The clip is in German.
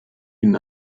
ihnen